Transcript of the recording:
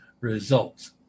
results